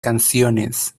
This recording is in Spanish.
canciones